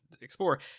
explore